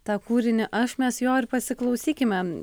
tą kūrinį aš mes jo ir pasiklausykime